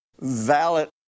valid